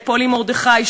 פולי מרדכי,